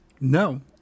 No